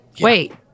Wait